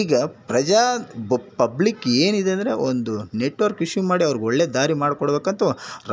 ಈಗ ಪ್ರಜೆ ಬ ಪಬ್ಲಿಕ್ ಏನು ಇದೆ ಅಂದರೆ ಒಂದು ನೆಟ್ವರ್ಕ್ ಇಶ್ಯೂ ಮಾಡಿ ಅವ್ರಿಗೆ ಒಳ್ಳೆ ದಾರಿ ಮಾಡ್ಕೊಡ್ಬೇಕು ಅಂತ